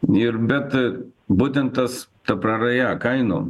ir bet butent tas ta praraja kainų